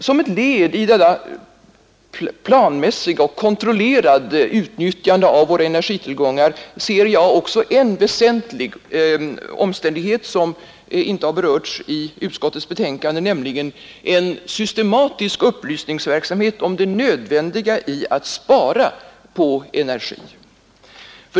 Som ett led i detta planmässiga och kontrollerade utnyttjande av våra energitillgångar ser jag också en väsentlig omständighet som inte har berörts i utskottsbetänkandet, nämligen en systematisk upplysningsverksamhet om det nödvändiga i att spara på energi.